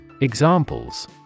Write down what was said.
Examples